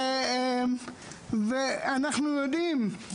אנחנו יודעים,